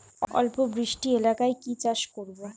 অল্প বৃষ্টি এলাকায় কি চাষ করব?